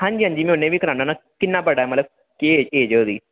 अंजी अंजी में उनेंगी बी कराना होना किन्ना बड़ा मतलब केह् चीज़ होई दी